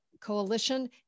Coalition